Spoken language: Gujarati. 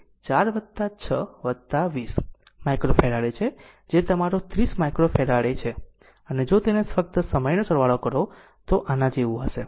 તેથી તે 4 6 20 માઈક્રોફેરાડે છે જે તમારો 30 માઈક્રોફેરાડે છે અને જો તેને ફક્ત સમયનો સરવાળો કરો તો આ આના જેવું હશે